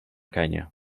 canya